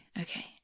Okay